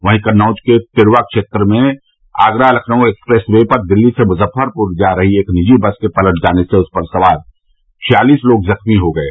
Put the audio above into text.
वहीं कन्नौज के तिर्वा क्षेत्र में आगरा लखनऊ एक्सप्रेस वे पर दिल्ली से मुज़फ़रपुर जा रही एक निजी बस के पलट जाने से उस पर सवार छियालीस लोग जख़्मी हो गये